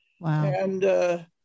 Wow